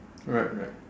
right right